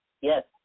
Yes